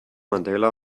mandela